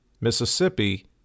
Mississippi